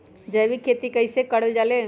जैविक खेती कई से करल जाले?